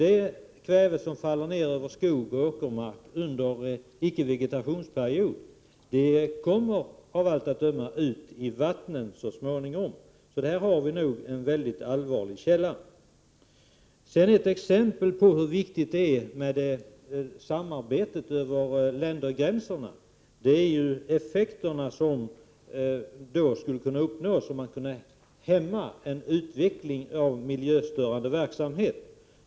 Det kväve som faller ned över skogsoch åkermark under icke vegetationsperiod kommer av allt att döma ut i vattnet så småningom. Där har vi en mycket allvarlig källa. Ett skäl till att det är så viktigt med samarbete över ländergränserna är de effekter som då skulle kunna uppnås. Man kunde hämma utvecklingen av miljöstörande verksamhet.